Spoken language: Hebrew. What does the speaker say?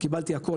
קיבלתי הכול,